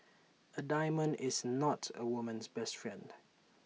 A diamond is not A woman's best friend